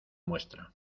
muestra